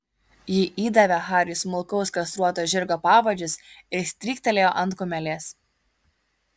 ji įdavė hariui smulkaus kastruoto žirgo pavadžius ir stryktelėjo ant kumelės